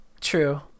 True